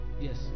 yes